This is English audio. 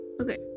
Okay